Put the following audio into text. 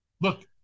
look